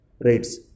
rates